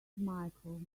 michael